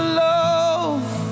love